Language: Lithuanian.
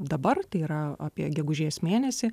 dabar tai yra apie gegužės mėnesį